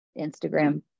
Instagram